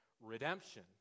redemption